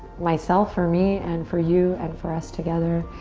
myself, for me and for you and for us together.